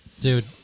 Dude